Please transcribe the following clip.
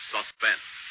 Suspense